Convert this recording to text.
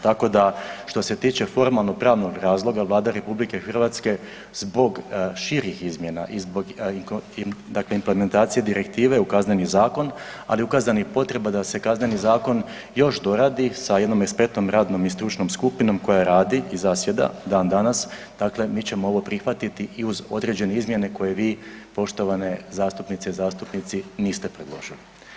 Tako da što se tiče formalno-pravnog razloga Vlada RH zbog širih izmjena i implementacije direktive u Kazneni zakon, ali i ukazanih potreba da se Kazneni zakon još doradi sa jednom ekspertnom, radnom i stručnom skupinom koja radi i zasjeda i dan danas, dakle mi ćemo ovo prihvatiti i uz određene izmjene koje vi poštovane zastupnice i zastupnici niste predložili.